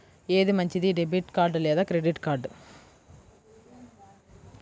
ఏది మంచిది, debit card లేదా క్రెడిట్ కార్డ్?